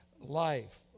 Life